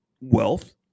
wealth